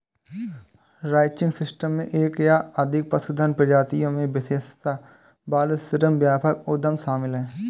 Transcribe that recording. ranching system में एक या अधिक पशुधन प्रजातियों में विशेषज्ञता वाले श्रम व्यापक उद्यम शामिल हैं